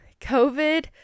COVID